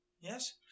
Yes